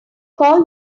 call